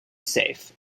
safe